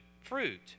fruit